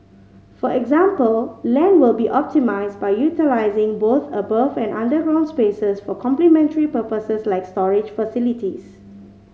for example land will be optimised by utilising both above and underground spaces for complementary purposes like storage facilities